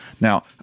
now